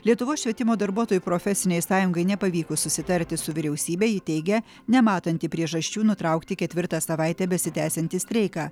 lietuvos švietimo darbuotojų profesinei sąjungai nepavykus susitarti su vyriausybe ji teigia nematanti priežasčių nutraukti ketvirtą savaitę besitęsiantį streiką